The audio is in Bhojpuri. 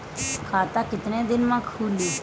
खाता कितना दिन में खुलि?